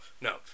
no